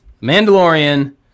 Mandalorian